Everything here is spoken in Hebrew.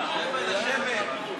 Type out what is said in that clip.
לשבת.